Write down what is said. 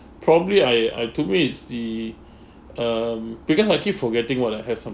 probably I I to me it's the um because I keep forgetting what I have